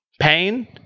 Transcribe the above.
pain